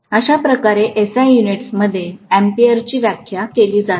अशा प्रकारे SI युनिट्समध्ये अॅम्पीयरची व्याख्या केली जाते